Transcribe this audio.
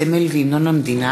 הסמל והמנון המדינה